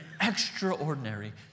extraordinary